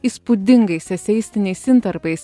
įspūdingais eseistiniais intarpais